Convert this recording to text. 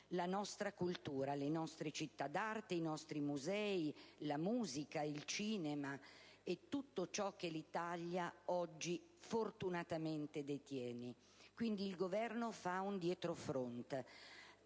la nostra cultura, le nostre città d'arte, i nostri musei, la musica, il cinema e tutto ciò che l'Italia oggi fortunatamente detiene. Quindi, il Governo fa un dietrofront